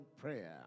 prayer